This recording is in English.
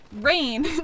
rain